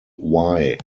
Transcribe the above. why